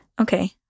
Okay